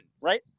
right